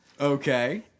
Okay